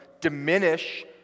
diminish